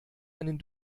einen